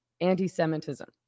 Anti-Semitism